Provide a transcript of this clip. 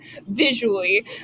visually